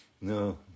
No